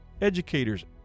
educators